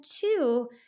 two